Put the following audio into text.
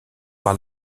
par